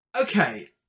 okay